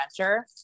adventure